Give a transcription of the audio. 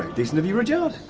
decent of you, rudyard.